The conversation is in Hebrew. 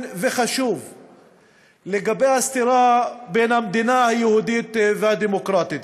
וחשוב לגבי הסתירה בין המדינה היהודית לבין הדמוקרטית.